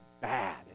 bad